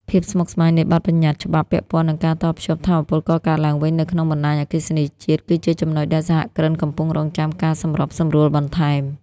ភាពស្មុគស្មាញនៃបទបញ្ញត្តិច្បាប់ពាក់ព័ន្ធនឹងការតភ្ជាប់ថាមពលកកើតឡើងវិញទៅក្នុងបណ្ដាញអគ្គិសនីជាតិ គឺជាចំណុចដែលសហគ្រិនកំពុងរង់ចាំការសម្របសម្រួលបន្ថែម។